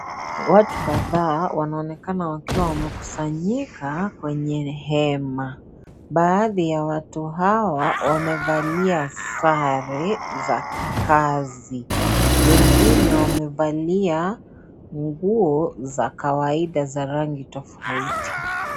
Watu kadhaa wanaonekana wakiwa wamekusanyika kwenye hema, baadhi ya watu hawa wamevalia sare za kikazi, wengine wamevalia nguo za kawaida za rangi tofauti.